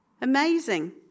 Amazing